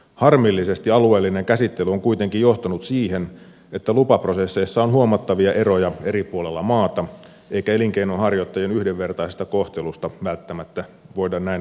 harmillisesti alueellinen käsittely on kuitenkin johtanut siihen että lupaprosesseissa on huomattavia eroja eri puolilla maata eikä elinkeinonharjoittajien yhdenvertaisesta kohtelusta välttämättä voida näin ollen puhua